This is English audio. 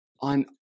on